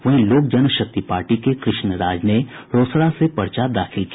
वहीं लोक जनशक्ति पार्टी के कृष्ण राज ने रोसड़ा ने पर्चा दाखिल किया